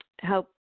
help